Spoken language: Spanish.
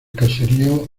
caserío